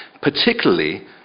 particularly